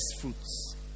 fruits